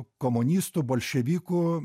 komunistų bolševikų